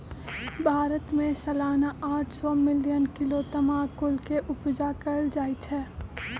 भारत में सलाना आठ सौ मिलियन किलो तमाकुल के उपजा कएल जाइ छै